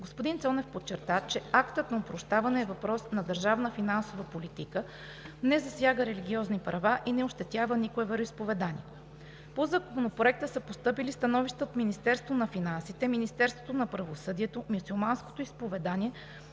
Господин Цонев подчерта, че актът на опрощаване е въпрос на държавна финансова политика, не засяга религиозни права и не ощетява никое вероизповедание. По Законопроекта са постъпили становища от Министерството на финансите, Министерството на правосъдието, Мюсюлманското изповедание,